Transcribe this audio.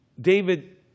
David